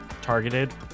targeted